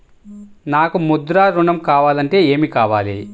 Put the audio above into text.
నాకు ముద్ర ఋణం కావాలంటే ఏమి కావాలి?